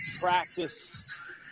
practice